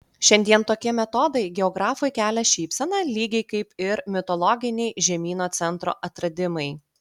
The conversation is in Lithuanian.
šiandien tokie metodai geografui kelia šypseną lygiai kaip ir mitologiniai žemyno centro atradimai